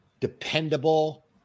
Dependable